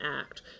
act